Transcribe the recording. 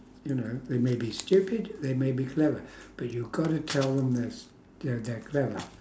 you know they may be stupid they may be clever but you got to tell them there's they're they're clever